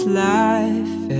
life